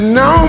no